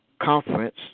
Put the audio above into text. Conference